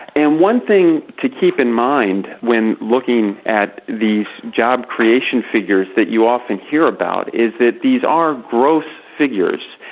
and one thing to keep in mind when looking at these jobs creation figures that you often hear about is that these are gross figures.